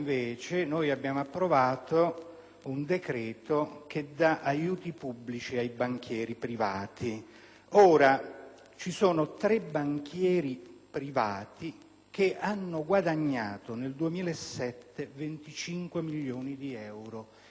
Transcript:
ci sono tre banchieri privati che hanno guadagnato, nel 2007, circa 25 milioni di euro, il controvalore di 2.500 precari. Questi banchieri rispondono al nome di Gabriele Galateri,